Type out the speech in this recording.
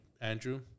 Andrew